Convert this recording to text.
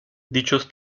dichos